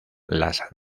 las